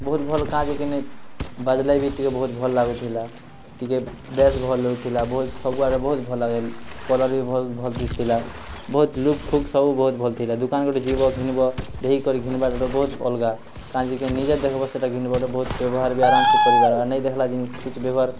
ବହୁତ୍ ଭଲ୍ କାଜେ କି ବାଜ୍ଲେ ବି ବହୁତ ଭଲ ଲାଗୁଥିଲା ଟିକିଏ ବେଶ୍ ବହୁତ୍ ଭଲ୍ ଲାଗୁଥିଲା ବହୁତ୍ ସବୁଆଡ଼େ ବହୁତ୍ ଭଲ୍ କଲର୍ ବି ଭଲ୍ ଭଲ୍ ଦିଶିଥଲା ବହୁତ୍ ଲୁକ୍ଫୁକ୍ ସବୁ ଭଲ ଥିଲା ଦୁକାନ୍ ଗୁଟେ ଯିବା କିଣିବ ଦେହି କରି କିଣିବା ଗୋଟେ ବହୁତ୍ ଅଲଗା ନିଜେ ଦେଖିବ ସେଟା କିଣିବ ବହୁତ୍ ବ୍ୟବହାର ବି ଅରାମସେ କରିବାର ନେଇଁ ଦେଖିଲା ଜିନିଷ କିଛି ବ୍ୟବହାର୍